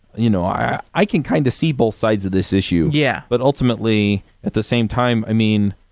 you know i i can kind of see both sides of this issue. yeah but, ultimately, at the same time i mean,